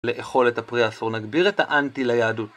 לאכול את הפרי האסור נגביר את האנטי ליהדות